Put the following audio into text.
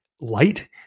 light